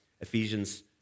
Ephesians